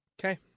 Okay